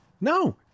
No